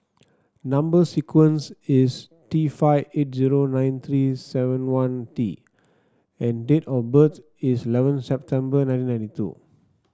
number sequence is T five eight zero nine three seven one T and date of birth is eleven September nineteen ninety two